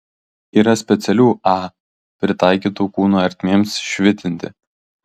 yra specialių a pritaikytų kūno ertmėms švitinti